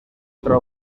otra